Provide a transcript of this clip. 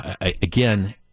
again